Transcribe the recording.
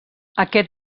aquest